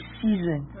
season